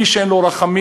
מי שאין לו רחמים,